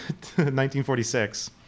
1946